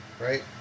Right